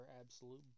absolute